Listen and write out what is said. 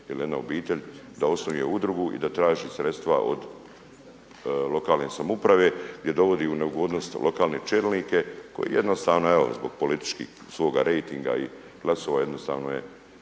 ili jedna obitelj da osnuje udrugu i da traži sredstva od lokalne samouprave gdje dovodi u neugodnost lokalne čelnike jednostavno evo zbog političkog svoga rejtinga i glasova jednostavno je